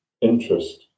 interest